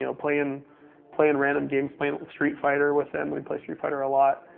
you know playing playing random games. playing street fighter with him. we'd play street fighter a lot.